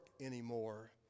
anymore